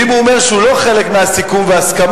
ואם הוא אומר שהוא לא חלק מהסיכום וההסכמה,